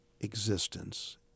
existence